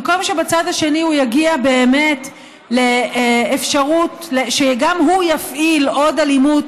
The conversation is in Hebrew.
במקום שבצד השני הוא יגיע באמת לאפשרות שהוא יפעיל עוד אלימות,